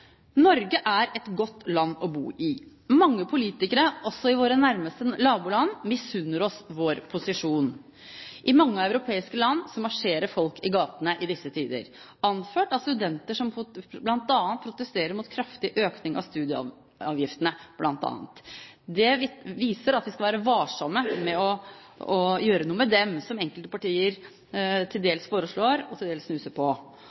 Norge er et godt land å bo i. Mange politikere, også i våre nærmeste naboland, misunner oss vår posisjon. I mange europeiske land marsjerer folk i gatene i disse tider, anført av studenter som bl.a. protesterer mot en kraftig økning av studieavgiftene. Det viser at vi skal være varsomme med å gjøre noe med dem, som enkelte partier til dels foreslår og til dels snuser på.